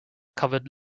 covered